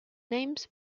names